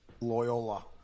Loyola